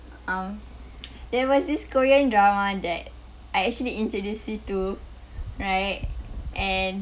um there was this korean drama that I actually introduce you to right and